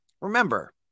Remember